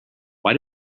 why